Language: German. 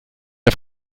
auf